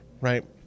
right